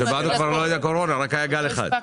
כאשר באנו כבר לא הייתה קורונה, היה רק גל אחד.